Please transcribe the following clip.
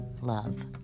Love